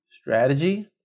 strategy